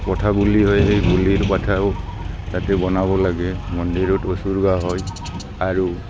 পঠা বলি হয় সেই বলিৰ পঠাও তাতে বনাব লাগে মন্দিৰত উচ্ছৰ্গা হয় আৰু